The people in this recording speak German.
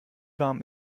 warm